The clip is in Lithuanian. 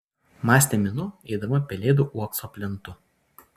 mąstė minu eidama pelėdų uokso plentu